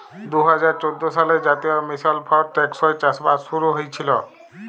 দু হাজার চোদ্দ সালে জাতীয় মিশল ফর টেকসই চাষবাস শুরু হঁইয়েছিল